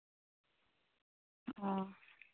ᱚᱸᱻ